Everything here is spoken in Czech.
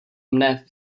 mne